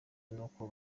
nuko